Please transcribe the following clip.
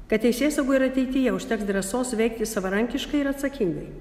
kad teisėsaugai ir ateityje užteks drąsos veikti savarankiškai ir atsakingai